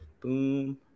Boom